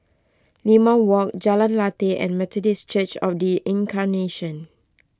Limau Walk Jalan Lateh and Methodist Church of the Incarnation